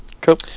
Cool